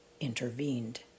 intervened